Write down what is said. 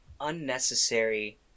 unnecessary